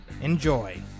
Enjoy